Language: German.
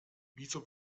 wieso